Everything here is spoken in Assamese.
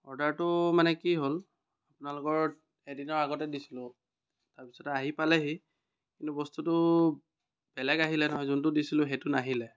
অৰ্ডাৰটো মানে কি হ'ল আপোনালোকৰ এদিনৰ আগতে দিছিলোঁ তাৰপিছতে আহি পালেহি কিন্তু বস্তুটো বেলেগ আহিলে নহয় যোনটো দিছিলোঁ সেইটো নাহিলে